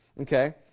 Okay